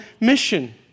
mission